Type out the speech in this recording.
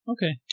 Okay